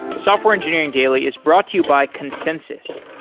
software engineering daily is brought to you by consensys.